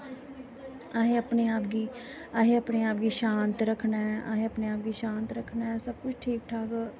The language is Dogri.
असें अपने आप गी शांत रक्खना ऐ असें अपने आप गी शांत रक्खनां ऐ ऐसा कुछ ठीक ठाक